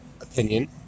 opinion